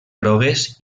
grogues